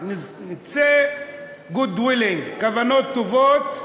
good willing, כוונות טובות,